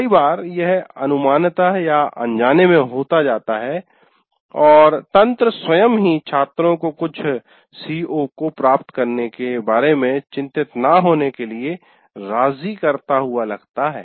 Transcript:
कई बार यह अनुमानतः या अनजाने में होता जाता है और तंत्र स्वयं ही छात्रों को कुछ CO को प्राप्त करने के बारे में चिंतित न होने के लिए राजी करता हुआ लगता है